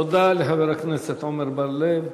תודה לחבר הכנסת עמר בר-לב.